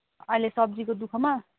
अहिले सब्जीको दुःखमा